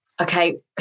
Okay